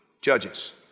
judges